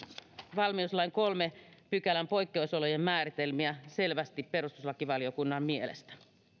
valmiuslain kolmannen pykälän poikkeusolojen määritelmiä selvästi perustuslakivaliokunnan mielestä